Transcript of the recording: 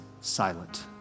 silent